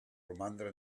romandre